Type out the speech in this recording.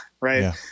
right